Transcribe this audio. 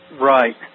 Right